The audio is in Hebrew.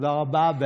(חותם על ההצהרה) תודה רבה.